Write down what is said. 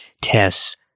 tests